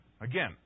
Again